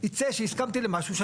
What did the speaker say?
יצא שהסכמתי למשהו.